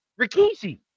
Rikishi